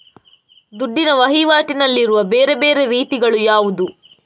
ದುಡ್ಡಿನ ವಹಿವಾಟಿನಲ್ಲಿರುವ ಬೇರೆ ಬೇರೆ ರೀತಿಗಳು ಯಾವುದು?